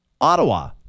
Ottawa